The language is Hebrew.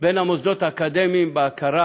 בין המוסדות האקדמיים בהכרה